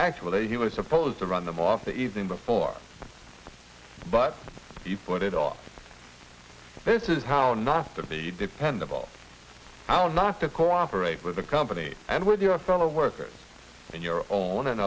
actually he was supposed to run them off the evening before but if you put it on it's this is how not to be dependable it's our not to cooperate with the company and with your fellow worker it's in your own and